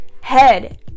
head